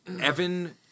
Evan